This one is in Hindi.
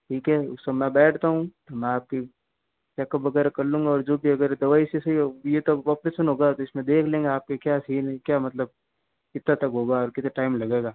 ठीक है उस समय मैं बैठता हूँ मैं आपकी चेकअप वगैरह कर लूंगा और जो भी अगर दवाई से सही होगा या ऑपरेशन होगा वो इसमें देख लेंगे आपका क्या सीन है क्या मतलब कितने तक होगा कितना टाइम लगेगा